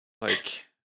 Like-